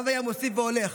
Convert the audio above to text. הרב היה מוסיף והולך.